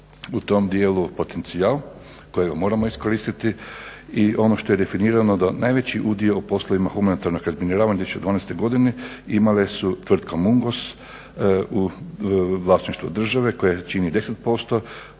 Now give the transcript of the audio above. u tom dijelu potencijal kojega moramo iskoristiti i ono što je definirano, da najveći udio u poslovima humanitarnog razminiravanja u 2012. godini imale su tvrtka Mungos u vlasništvu države koja čini 10%,